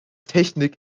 technik